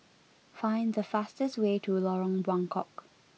find the fastest way to Lorong Buangkok